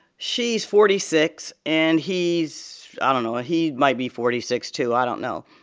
she's forty six. and he's i don't know. ah he might be forty six, too i don't know.